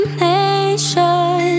nation